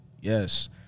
yes